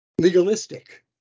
legalistic